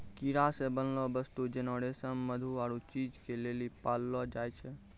कीड़ा से बनलो वस्तु जेना रेशम मधु आरु चीज के लेली पाललो जाय छै